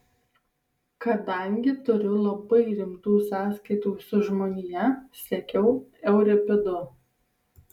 kadangi turiu labai rimtų sąskaitų su žmonija sekiau euripidu